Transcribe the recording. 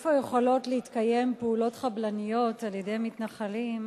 איפה יכולות להתקיים פעולות חבלניות על-ידי מתנחלים,